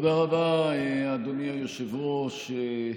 תודה רבה, אדוני היושב-ראש.